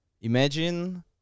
Imagine